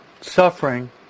suffering